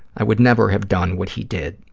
i would never have done what he did.